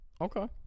Okay